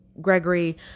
gregory